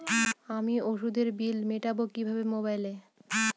আমি ওষুধের বিল মেটাব কিভাবে মোবাইলে?